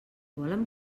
volen